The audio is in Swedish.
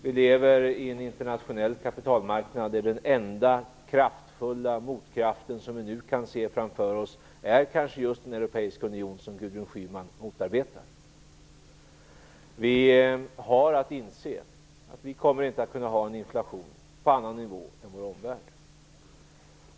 Vi lever i en internationell kapitalmarknad, och den enda motkraft vi nu kan se framför oss är kanske just den europeiska union som Gudrun Schyman motarbetar. Vi har att inse att vi inte kommer att kunna ha någon inflation på annan nivå än vår omvärld.